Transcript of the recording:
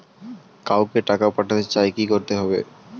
কাউকে টাকা পাঠাতে চাই কি করতে হবে?